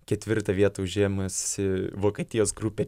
ketvirtą vietą užėmusi vokietijos grupė